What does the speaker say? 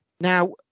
Now